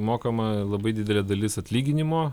mokama labai didelė dalis atlyginimo